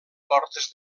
portes